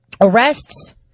Arrests